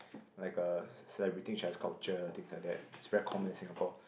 like uh celebrating trans culture things like that is very common in Singapore